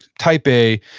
type a.